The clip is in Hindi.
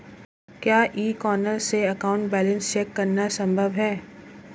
क्या ई कॉर्नर से अकाउंट बैलेंस चेक करना संभव है?